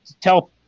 tell